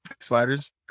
Spiders